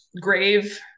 grave